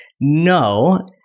no